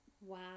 Wow